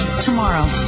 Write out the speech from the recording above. tomorrow